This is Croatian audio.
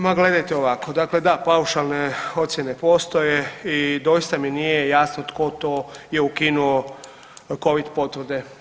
Ma gledajte ovako, dakle da paušalne ocjene postoje i doista mi nije jasno tko to je ukinuo Covid potvrde.